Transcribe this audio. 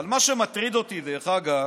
אבל מה שמטריד אותי, דרך אגב,